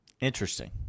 Interesting